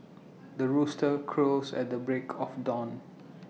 the rooster crows at the break of dawn